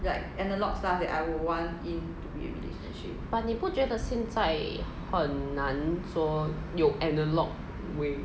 but 你不觉得现在很难说有 analog way